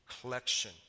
collection